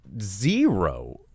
zero